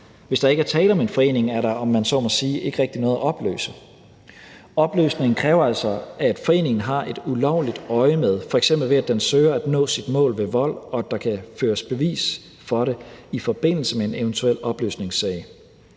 Hvis der ikke er tale om en forening, er der, om man så må sige, ikke rigtig noget at opløse. Opløsning kræver altså, at foreningen har et ulovligt øjemed, f.eks. ved at den søger at nå sit mål ved vold, og at der kan føres bevis for det i forbindelse med en eventuel opløsningssag.